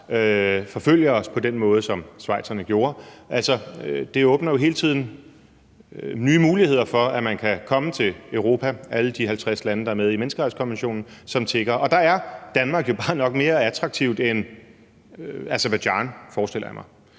forfølge os på den måde, som schweizerne gjorde. Det åbner jo hele tiden nye muligheder, for at man som tigger kan komme til Europa fra alle de 50 lande, der har underskrevet menneskerettighedskonventionen. Der er Danmark jo nok bare mere attraktiv end Aserbajdsjan – forestiller jeg mig.